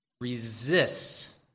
resists